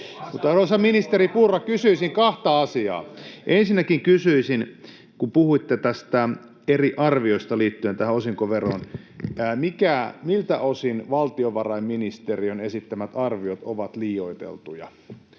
Arvoisa ministeri Purra, kysyisin kahta asiaa. Ensinnäkin kysyisin, kun puhuitte eri arvioista liittyen tähän osinkoveroon: miltä osin valtiovarainministeriön esittämät arviot ovat liioiteltuja?